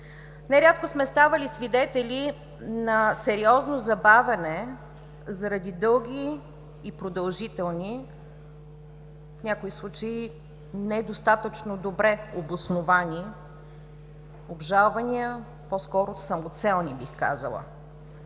Нерядко сме ставали свидетели на сериозно забавяне заради дълги и продължителни, в някои случаи недостатъчно добре обосновани обжалвания, по-скоро самоцелни, бих казала.